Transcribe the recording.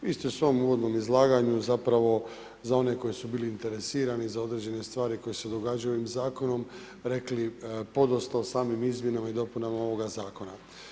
Vi ste u svom uvodnom izlaganju zapravo, za one koji su bili zainteresirani za određene stvari koje se događaju ovim zakonom rekli podosta o samim izmjenama i dopunama ovoga zakona.